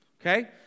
okay